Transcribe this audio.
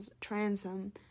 transom